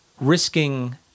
risking